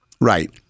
Right